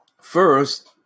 First